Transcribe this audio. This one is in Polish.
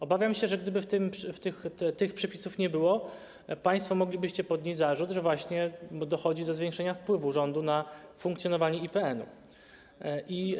Obawiam się, że gdyby tych przepisów nie było, państwo moglibyście podnieść zarzut, że właśnie dochodzi do zwiększenia wpływu rządu na funkcjonowanie IPN-u.